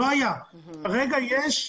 כרגע יש.